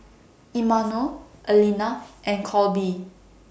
Imanol Aleena and Colby